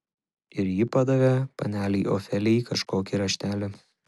ir ji padavė panelei ofelijai kažkokį raštelį